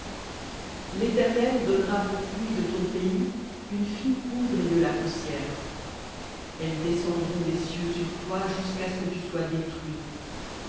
l'éternel donnera pour pluie de ton pays une fine poudre et de la poussière elles descendront des cieux sur toi jusqu'à ce que tu sois détruit